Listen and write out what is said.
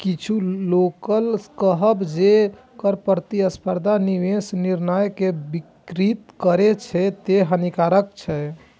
किछु लोकक कहब छै, जे कर प्रतिस्पर्धा निवेश निर्णय कें विकृत करै छै, तें हानिकारक छै